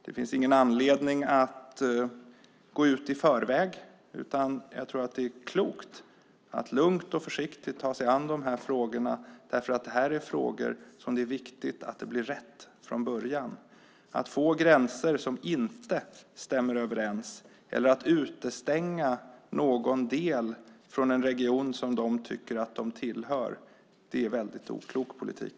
Det finns ingen anledning att gå ut i förväg, utan jag tror att det är klokt att lugnt och försiktigt ta sig an de här frågorna, för det är viktigt att det blir rätt från början. Att få gränser som inte stämmer överens eller att utestänga någon del från en region som de tycker att de tillhör är en väldigt oklok politik.